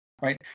Right